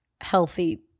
healthy